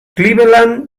cleveland